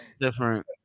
Different